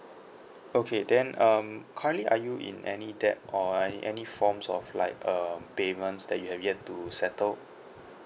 okay then um currently are you in any debt or any any forms of like um payments that you have yet to settled